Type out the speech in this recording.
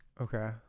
okay